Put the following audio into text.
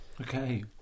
Okay